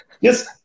Yes